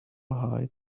hide